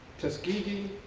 tuskegee,